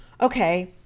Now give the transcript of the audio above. okay